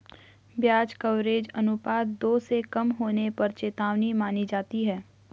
ब्याज कवरेज अनुपात दो से कम होने पर चेतावनी मानी जाती है